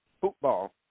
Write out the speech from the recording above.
football